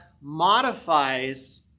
modifies